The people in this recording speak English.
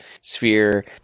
sphere